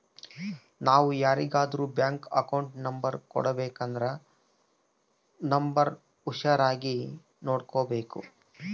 ನಾವು ಯಾರಿಗಾದ್ರೂ bank account number ಕೊಡಬೇಕಂದ್ರ ನೋಂಬರ್ನ ಹುಷಾರಾಗಿ ನೋಡ್ಬೇಕು